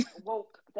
woke